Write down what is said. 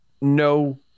no